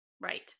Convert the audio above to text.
Right